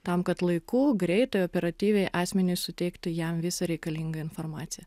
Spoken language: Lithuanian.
tam kad laiku greitai operatyviai asmeniui suteiktų jam visą reikalingą informaciją